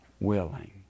willing